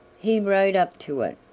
he rode up to it,